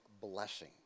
blessing